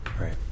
right